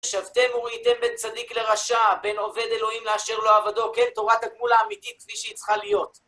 שבתם וראיתם בן צדיק לרשע, בן עובד אלוהים לאשר לא עבדו, כן, תורת הגמול האמיתית כפי שהיא צריכה להיות.